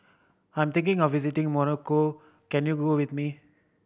I'm thinking of visiting Morocco can you go with me